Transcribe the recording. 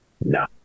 no